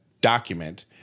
document